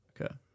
Okay